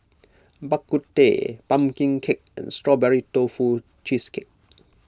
Bak Kut Teh Pumpkin Cake and Strawberry Tofu Cheesecake